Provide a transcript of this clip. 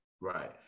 Right